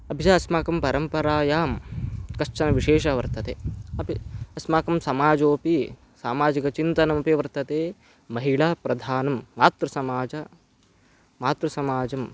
अपि च अस्माकं परम्परायां कश्चन विशेषः वर्तते अपि अस्माकं समाजोऽपि सामाजिकचिन्तनमपि वर्तते महिलाप्रधानं मातृसमाजः मातृसमाजः